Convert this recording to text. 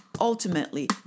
ultimately